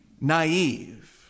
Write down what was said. naive